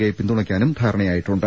കെയെ പിന്തുണയ്ക്കാനും ധാരണയായി ട്ടുണ്ട്